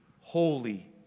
holy